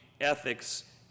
ethics